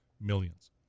millions